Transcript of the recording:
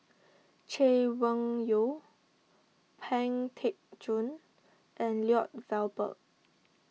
Chay Weng Yew Pang Teck Joon and Lloyd Valberg